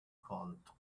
called